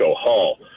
Hall